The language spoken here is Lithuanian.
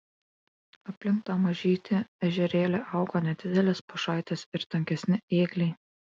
aplink tą mažytį ežerėlį augo nedidelės pušaitės ir tankesni ėgliai